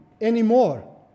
anymore